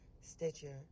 Stitcher